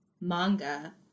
manga